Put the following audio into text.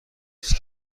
است